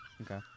Okay